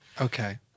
Okay